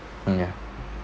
hmm ya